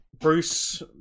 Bruce